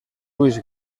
ulls